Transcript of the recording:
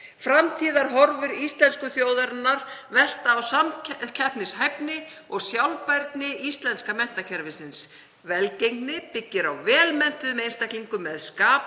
Framtíðarhorfur íslensku þjóðarinnar velta á samkeppnishæfni og sjálfbærni íslenska menntakerfisins. Velgengni byggir á vel menntuðum einstaklingum með skapandi